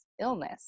illness